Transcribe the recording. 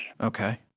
Okay